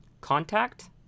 contact